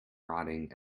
rotting